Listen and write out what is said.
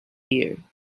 here